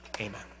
Amen